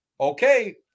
Okay